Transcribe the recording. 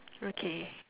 okay